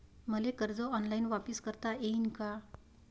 मले कर्ज ऑनलाईन वापिस करता येईन का?